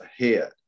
ahead